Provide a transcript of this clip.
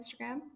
Instagram